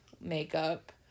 Makeup